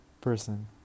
person